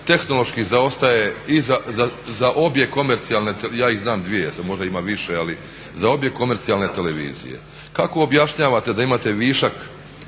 tehnološki zaostaje i za obje komercijalne, ja ih znam dvije, sada možda ima više, za obje komercijalne televizije. Kako objašnjavate da imate višak